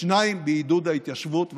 2. בעידוד ההתיישבות והחקלאות.